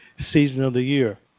season of the year.